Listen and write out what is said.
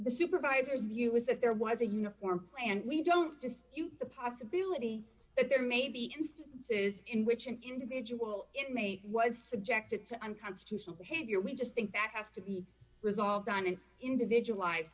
the supervisors view was that there was a uniform way and we don't just the possibility that there may be instances in which an individual inmate was subjected to i'm constitutional behavior we just think that has to be resolved on an individualized